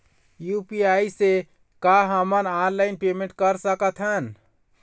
UPI से का हमन ऑनलाइन पेमेंट कर सकत हन?